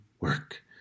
work